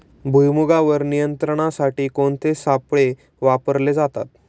भुईमुगावर नियंत्रणासाठी कोणते सापळे वापरले जातात?